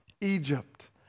Egypt